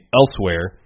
elsewhere